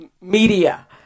media